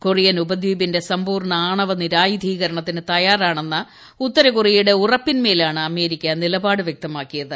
Korean ഉപദ്വീപിന്റെ സമ്പൂർണ്ണ ആണവ നിരായുധീകരണത്തിന് തയ്യാറാണെന്ന ഉത്തരകൊറിയയുടെ ഉറപ്പിന്മേലാണ് അമേരിക്ക നിലപാട് വ്യക്തമാക്കിയത്